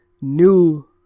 new